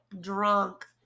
drunk